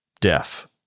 deaf